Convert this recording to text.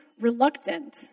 reluctant